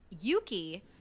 Yuki